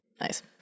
Nice